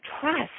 trust